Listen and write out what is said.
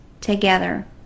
together